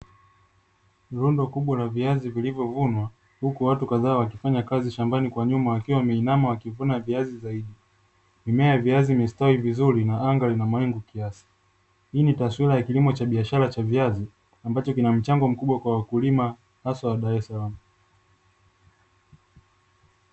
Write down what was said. Rundo kubwa la viazi vilivyovunwa, huku watu kadhaa wakifanya kazi shambani kwa nyuma wakiwa wameinama wakivuna viazi zaidi, mimea ya viazi imestawi vizuri na anga lina mawingu kiasi. Hii ni taswira ya kilimo cha biashara cha viazi ambacho kina mchango mkubwa kwa wakulima hasa daresalaama.